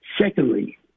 Secondly